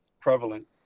prevalent